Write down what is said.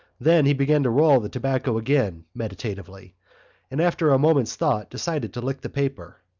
then he began to roll the tobacco again meditatively and after a moment's thought decided to lick the paper.